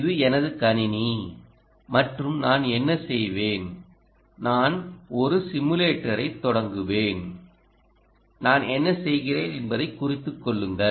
இது எனது கணினி மற்றும் நான் என்ன செய்வேன் நான் ஒரு சிமுலேட்டரைத் தொடங்குவேன் நான் என்ன செய்கிறேன் என்பதைக் குறித்துக் கொள்ளுங்கள்